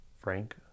Frank